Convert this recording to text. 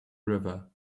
river